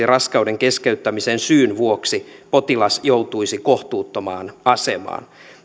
raskauden keskeyttämisen syyn vuoksi potilas joutuisi kohtuuttomaan asemaan